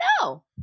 No